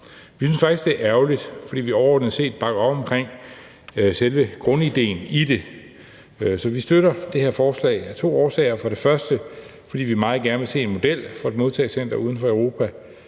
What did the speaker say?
Vi synes faktisk, det er ærgerligt, fordi vi overordnet set bakker op omkring selve grundidéen i det. Så vi støtter det her forslag af to årsager. For det første vil vi meget gerne se en model for et modtagecenter uden for Europa,